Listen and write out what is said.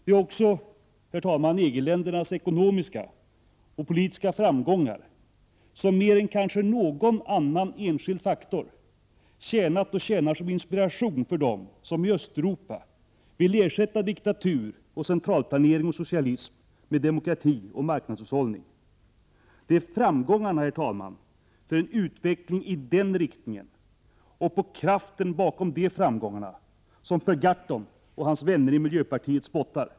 Det är också, herr talman, EG-ländernas ekonomiska och politiska framgångar som mer än kanske någon annan enskild faktor tjänat och tjänar som inspiration för dem som i Östeuropa vill ersätta diktatur och centralplanering och socialism med demokrati och marknadshushållning. Det är framgångarna, herr talman, för en utveckling i den riktningen och på kraften bakom de framgångarna som Per Gahrton och hans vänner i miljöpartiet spottar.